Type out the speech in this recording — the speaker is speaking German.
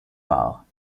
war